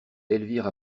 elvire